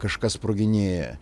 kažkas sproginėja